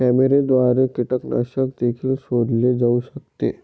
कॅमेऱ्याद्वारे कीटकनाशक देखील शोधले जाऊ शकते